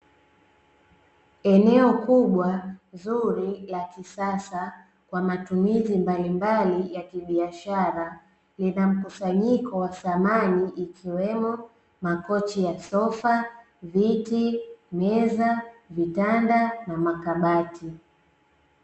Eneo kubwa, zuri, la kisasa kwa matumizi mbalimbali ya kibiashara. Lina mkusanyiko wa samani, ikiwemo makochi ya sofa, viti, meza, vitanda na makabati.